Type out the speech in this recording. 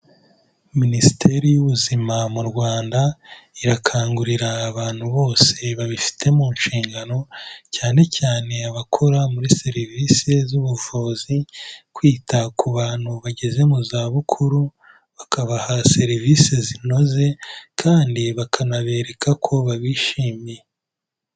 Minisiteri y'ubuzima mu Rwanda irakangurira abantu bose babifite mu nshingano, cyane cyane abakora muri serivisi z'ubuvuzi, kwita ku bantu bageze mu zabukuru, bakabaha serivisi zinoze kandi bakanabereka ko babishimiye.